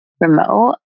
remote